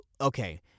okay